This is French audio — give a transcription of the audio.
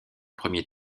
premier